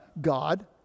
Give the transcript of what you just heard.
God